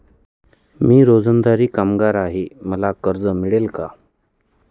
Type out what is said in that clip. मी रोजंदारी कामगार आहे मला कर्ज मिळेल का?